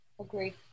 Agree